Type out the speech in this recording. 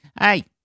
Hey